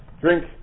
drink